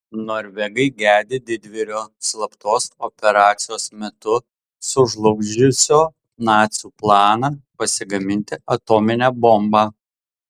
norvegai gedi didvyrio slaptos operacijos metu sužlugdžiusio nacių planą pasigaminti atominę bombą